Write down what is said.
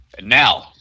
Now